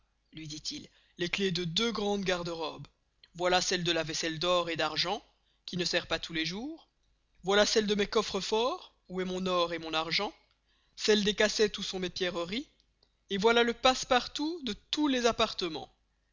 luy dit-il les clefs des deux grands gardemeubles voilà celles de la vaisselle d'or et d'argent qui ne sert pas tous les jours voilà celles de mes coffres forts où est mon or et mon argent celles des cassettes où sont mes pierreries et voilà le passe-partout de tous les appartemens